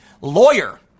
Lawyer